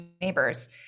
neighbors